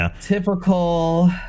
typical